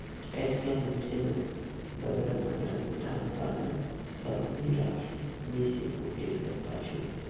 आएज काएल मइनसे मन बगरा मातरा में धान पान ल घलो नी राखें मीसे कूटे कर पाछू